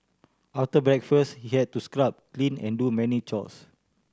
after breakfast he had to scrub clean and do many chores